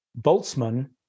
Boltzmann